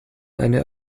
eine